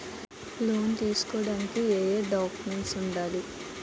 Loan తీసుకోడానికి ఏయే documents వుండాలి?